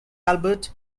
albert